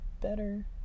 better